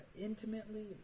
intimately